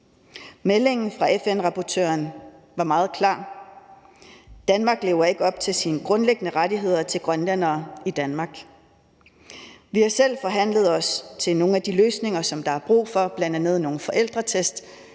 Meldingen fra FN-rapportøren var meget klar: Danmark lever ikke op til sine forpligtelser til at sikre grønlændere i Danmark deres grundlæggende rettigheder. Vi har selv forhandlet os til nogle af de løsninger, som der er brug for, bl.a. nogle forældretest